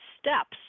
steps